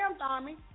army